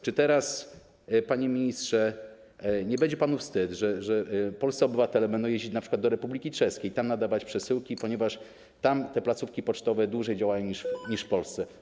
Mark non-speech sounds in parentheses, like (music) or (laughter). Czy teraz, panie ministrze, nie będzie panu wstyd, że polscy obywatele będą jeździć np. do Republiki Czeskiej i tam nadawać przesyłki, ponieważ tam te placówki pocztowe dłużej działają (noise) niż w Polsce?